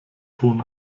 ton